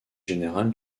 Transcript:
général